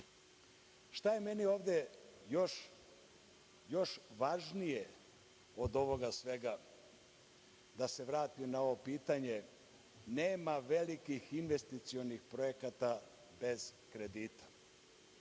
itd. Šta je meni ovde još važnije od ovoga svega? Da se vratim na ono – nema velikih investicionih projekata bez kredita.